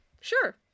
sure